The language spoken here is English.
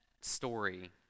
story